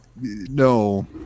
no